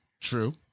True